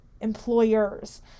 employers